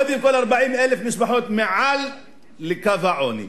קודם כול, 40,000 משפחות מעל לקו העוני.